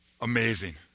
Amazing